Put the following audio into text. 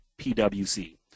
PWC